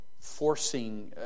forcing